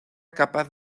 capaz